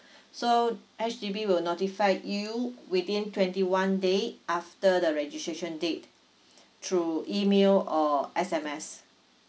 so H_D_B will notify you within twenty one day after the registration date through email or S_M_S